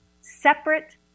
separate